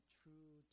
true